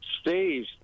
Steve